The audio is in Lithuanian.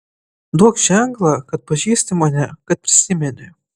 duok ženklą kad pažįsti mane kad prisimeni